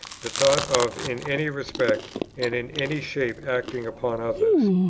the thought of in any respect and in any shape acting upon others.